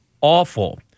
awful